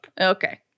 Okay